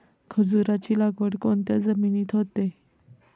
खजूराची लागवड कोणत्या जमिनीत होते?